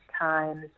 times